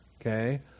Okay